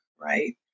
right